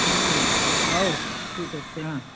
ହଉ ହଉ ଠିକ୍ ଅଛି ହଁ